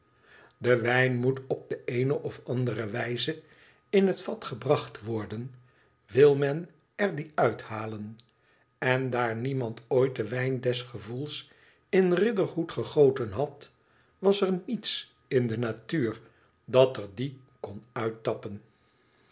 de wijn moet op de éene of andere wijze in het vat gebracht worden wil men er dien uithalen en daar niemand ooit den wijn des gevoels in riderhood gegoten had was er niets in de natuur dat er dien kon uittappen